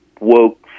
woke